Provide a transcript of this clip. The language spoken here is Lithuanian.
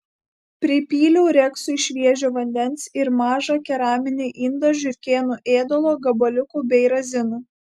pripyliau reksui šviežio vandens ir mažą keraminį indą žiurkėnų ėdalo gabaliukų bei razinų